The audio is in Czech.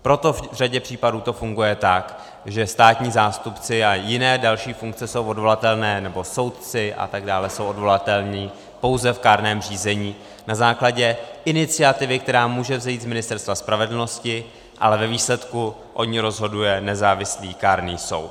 Proto v řadě případů to funguje tak, že státní zástupci a jiné další funkce jsou odvolatelné, nebo soudci atd., jsou odvolatelní pouze v kárném řízení na základě iniciativy, která může vzejít z Ministerstva spravedlnosti, ale ve výsledku o ní rozhoduje nezávislý kárný soud.